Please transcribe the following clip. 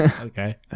Okay